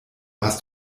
hast